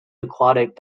aquatic